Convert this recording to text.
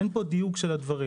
אין פה דיוק של הדברים.